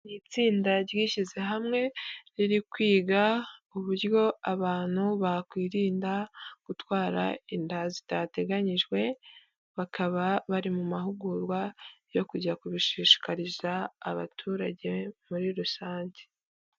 Ni itsinda ryishyize hamwe ririkwiga uburyo abantu bakwirinda gutwara inda zidateganyijwe. Bakaba bari mu mahugurwa yo kujya kubishishikariza abaturage muri rusange.